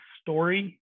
story